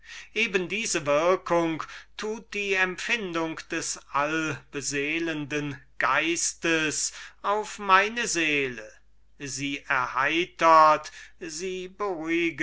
eben diese würkung tut die empfindung des alles beseelenden geistes auf meine seele sie erheitert sie